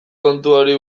kontuari